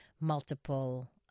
multiple